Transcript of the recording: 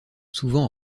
souvent